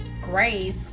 Grace